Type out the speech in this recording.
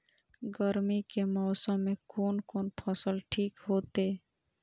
गर्मी के मौसम में कोन कोन फसल ठीक होते?